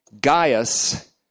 Gaius